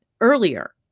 earlier